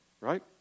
Right